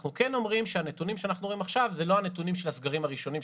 אנחנו אומרים שהנתונים שרואים עכשיו זה לא הנתונים של הסגרים הראשונים,